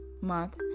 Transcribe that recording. month